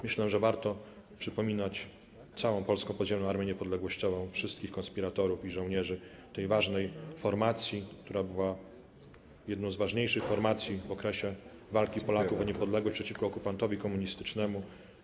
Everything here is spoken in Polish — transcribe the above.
Myślę, że warto przypominać całą Polską Podziemną Armię Niepodległościową, wszystkich konspiratorów i żołnierzy też ważnej formacji, która była jedną z ważniejszych formacji w okresie walki Polaków o niepodległość przeciwko okupantowi komunistycznemu.